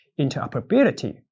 interoperability